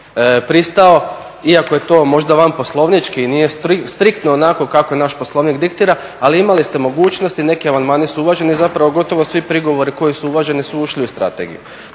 pristao iako je to možda vanposlovnički, nije striktno onako kako naš Poslovnik diktira, ali imali ste mogućnosti, neki amandmani su uvaženi, zapravo gotovo svi prigovori koji su uvaženi su ušli u strategiju.